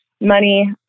money